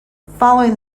following